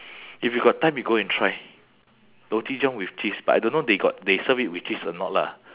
if you got time you go and try roti john with cheese but I don't know they got they serve it with cheese or not lah